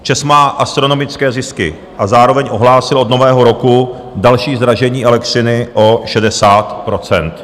ČEZ má astronomické zisky a zároveň ohlásil od nového roku další zdražení elektřiny o 60 %.